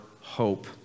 hope